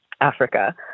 Africa